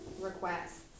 requests